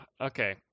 okay